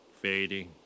Fading